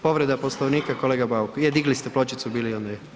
Povreda Poslovnika kolega Bauk, je digli ste pločicu bili i ona je